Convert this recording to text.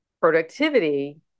productivity